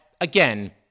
again